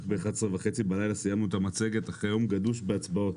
רק ב-23:30 בלילה סיימנו את המצגת אחרי יום גדוש בהצבעות.